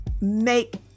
make